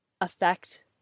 affect